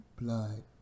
blood